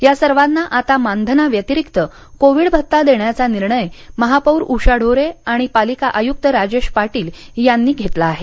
या सर्वांना आता मानधनाव्यतिरिक्त कोविड भत्ता देण्याचा निर्णय महापौर उषा ढोरे आणि पालिका आयुक्त राजेश पाटील यांनी घेतला आहे